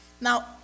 Now